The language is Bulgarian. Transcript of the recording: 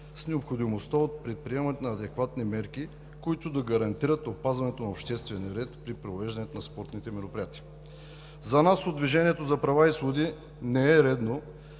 с необходимостта от предприемането на адекватни мерки, които да гарантират опазването на обществения ред при провеждането на спортните мероприятия. За нас, от „Движението за права и свободи“, не е редно